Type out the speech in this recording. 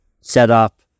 setup